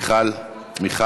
מוותרת.